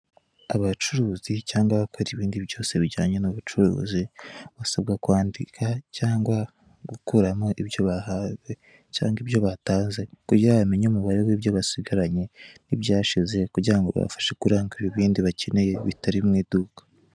Abacuruzi cyangwa abakora ibindi byose bijyana n'ubucuruzi, basabwa kwandika cyangwa gukuramo ibyo bahahe cyangwa ibyo batanze kugira ngo bamenye umubare wibyo basigaranye n'ibyashize kugira ngo bibafashe kurangura ibindi bakeneye bitari mu iduka